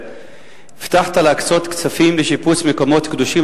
הבטחת להקצות כספים לשיפוץ מקומות קדושים